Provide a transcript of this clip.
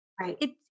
Right